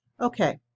Okay